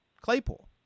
Claypool